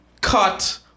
cut